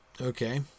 okay